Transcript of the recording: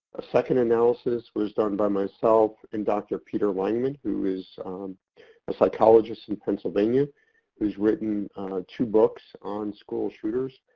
a second analysis was done by myself and dr. peter langman, who is a psychologist in pennsylvania, who has written two books on school shooters.